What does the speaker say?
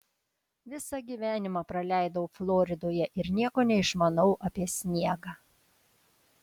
visą gyvenimą praleidau floridoje ir nieko neišmanau apie sniegą